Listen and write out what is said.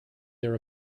their